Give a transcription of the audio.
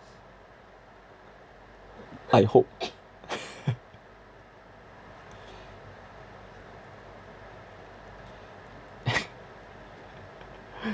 I hope